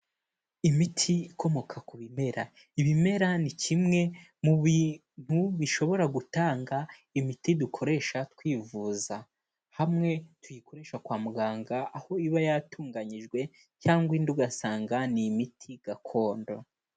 Imiti ikomoka ku bimera, ibimera ni kimwe mu bintu bishobora gutanga imiti dukoresha twivuza, hamwe tuyikoresha kwa muganga aho iba yatunganyijwe cyangwa indi ugasanga ni imiti gakondo.